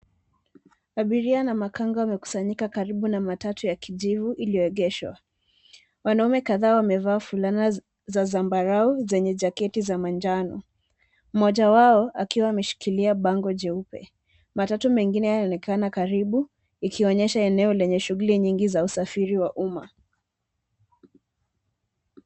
Abiria na makanga wamekusanyika karibu na matatu ya kijivu iliyoegeshwa. Wanaume kadhaa wamevaa fulana za zambarau zenye jaketi za manjano. Mmoja wao akiwa ameshikilia bango jeupe. Matatu mengine yananekana karibu, ikionyesha eneo lenye shughli nyingi za usafiri wa umma.